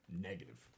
Negative